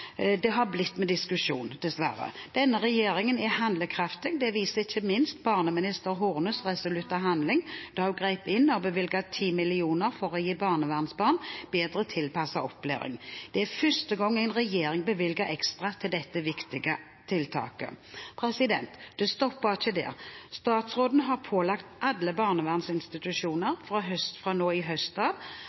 det har blitt med diskusjonen, dessverre. Denne regjeringen er handlekraftig, det viser ikke minst barneminister Hornes resolutte handling da hun grep inn og bevilget 10 mill. kr for å gi barnevernsbarn bedre tilpasset opplæring. Det er første gang en regjering bevilger ekstra til dette viktige tiltaket. Men det stopper ikke der. Statsråden har pålagt alle barnevernsinstitusjoner at de fra nå i